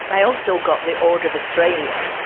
i also got the order of australia.